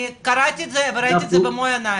אני קראתי את זה וראיתי את זה במו עניי.